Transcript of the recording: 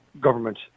government